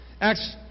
Acts